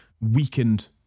weakened